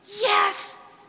Yes